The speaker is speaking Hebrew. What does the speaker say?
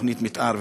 ותוכנית מתאר,